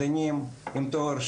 יש פה מענקי מחקר, הגרנטים, כל הדברים